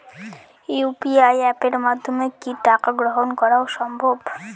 UPI অ্যাপের মাধ্যমে কি টাকা গ্রহণ করাও সম্ভব?